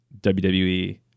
WWE